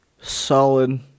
solid